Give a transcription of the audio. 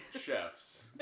chefs